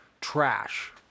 trash